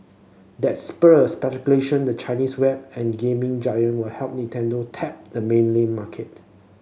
that spurred speculation the Chinese web and gaming giant will help Nintendo tap the mainland market